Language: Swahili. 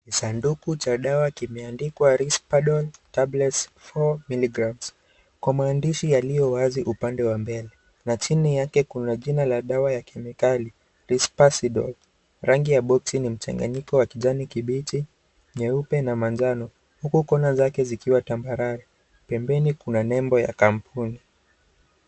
Kisanduku cha dawa kimeandikwa Risperdal Tablets 4mg , kwa maandishi yaliyowazi upande wa mbele. Na chini yake kuna jina la dawa ya kemikali Risperdal . Rangi ya boksi ni mchanganiko wa kijani kibichi, nyeupe na majano. Huku kona zake zikiwa tabalawi. Pembeni kuna nembo ya kampuni.